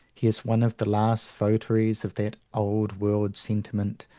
he is one of the last votaries of that old-world sentiment,